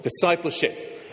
discipleship